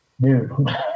Dude